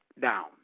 down